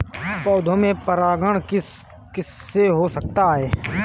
पौधों में परागण किस किससे हो सकता है?